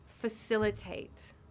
facilitate